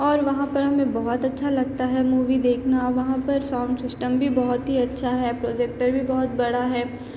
और वहाँ पर हमें बहुत अच्छा लगता है मूवी देखना वहाँ पर साउंड सिस्टम भी बहुत ही अच्छा है प्रोजेक्टर भी बहुत बड़ा है